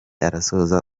arasoza